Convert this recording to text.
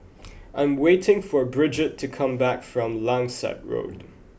I am waiting for Bridgett to come back from Langsat Road